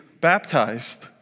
baptized